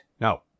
No